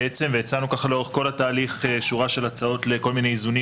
והצענו לאורך כל התהליך שורה של הצעות לכל מיני איזונים